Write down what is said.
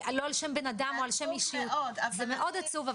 זה מאוד עצוב.